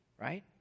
right